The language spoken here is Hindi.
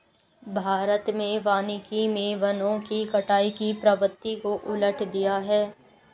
भारत में वानिकी मे वनों की कटाई की प्रवृत्ति को उलट दिया है